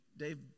Dave